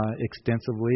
extensively